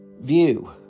view